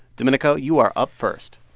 domenico, you are up first.